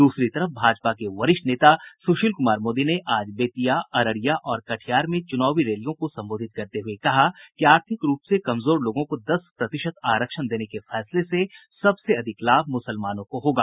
दूसरी तरफ भाजपा के वरिष्ठ नेता सुशील कुमार मोदी ने आज बेतिया अररिया और कटिहार में चुनावी रैलियों को संबोधित करते हुए कहा कि आर्थिक रूप से कमजोर लोगों को दस प्रतिशत आरक्षण देने के फैसले से सबसे अधिक लाभ मुसलमानों को होगा